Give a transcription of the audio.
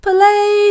Play